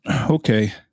Okay